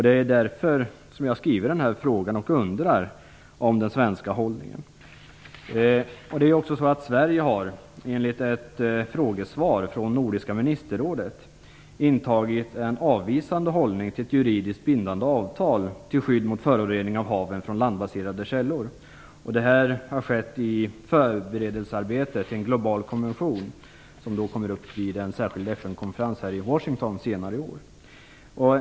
Det är därför jag har ställt en fråga om den svenska hållningen. Sverige har enligt ett frågesvar från Nordiska ministerrådet intagit en avvisande hållning till ett juridiskt bindande avtal till skydd mot förorening av haven från landbaserade källor. Det har skett i förberedelsearbetet inför en global konvention, som kommer upp vid en särskild FN-konferens i Washington senare i år.